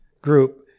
group